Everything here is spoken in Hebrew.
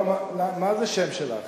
מה זה "שם שלך"?